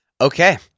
Okay